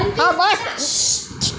હા બસ